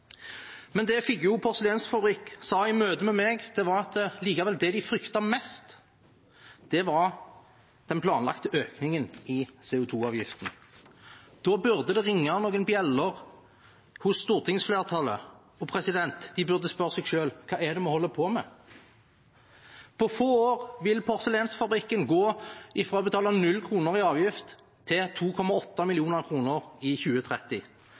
Men det Figgjo porselensfabrikk sa i møtet med meg, var at det de likevel fryktet mest, var den planlagte økningen i CO 2 -avgiften. Da burde det ringe noen bjeller hos stortingsflertallet. De burde spørre seg selv: Hva er det vi holder på med? På få år vil porselensfabrikken gå fra å betale null kroner i avgift til 2,8 mill. kr i 2030.